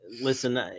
Listen